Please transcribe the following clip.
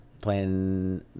playing